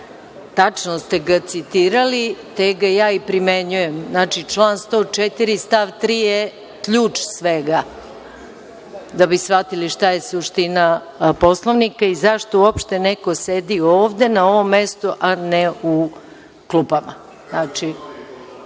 tačno ste ga citirali, te ga ja i primenjujem. Znači član 104. stav 3. je ključ svega, da bi shvatili šta je suština Poslovnika i zašto uopšte neko sedi ovde na ovom mestu, a ne u